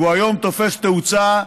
והיום הוא תופס תאוצה.